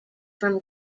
from